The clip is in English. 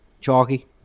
Chalky